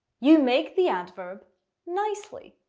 you make the adverb nicely.